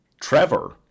Trevor